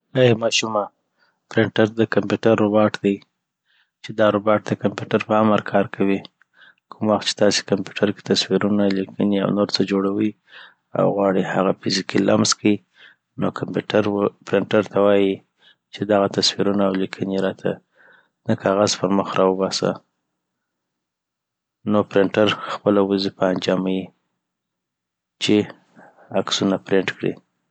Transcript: ایی ماشومه پرنټر د کمپیوټر رباټ دی چي دا رباټ د کمپیوټر په امر کار کوي کوم وخت چی تاسي کمپیوټر کی تصویرونه، لېکنې، اونور څه جوړوي او غواړی هغه فزیکي لمس کي نو کمپیوټر وه پرنټر ته وایی چي دغه تصویرونه او لیکنې راته د کاغذ پر مخ راوباسه نو پرنټر خپله وظیفه انجاموي چی عکسونه پرینټ کړی.